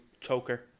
choker